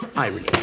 irony.